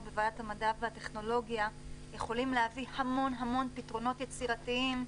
בוועדת המדע והטכנולוגיה יכולים להביא המון המון פתרונות יצירתיים.